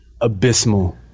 abysmal